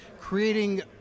creating